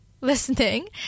listening